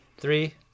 Three